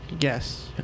Yes